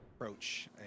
Approach